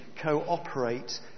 cooperate